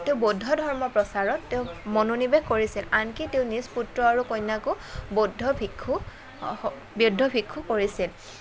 তেওঁ বৌদ্ধ ধৰ্ম প্ৰচাৰত তেওঁ মনোনিৱেশ কৰিছিল আনকি তেওঁ নিজ পুত্ৰ আৰু কন্যাকো বৌদ্ধ ভিক্ষু বৌদ্ধ ভিক্ষু কৰিছিল